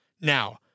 Now